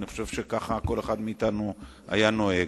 אני חושב שכך כל אחד מאתנו היה נוהג.